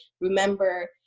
remember